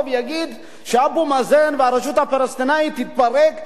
ויגיד שאבו מאזן והרשות הפלסטינית תתפרק?